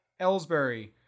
Ellsbury